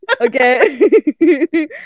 Okay